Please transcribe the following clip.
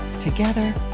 Together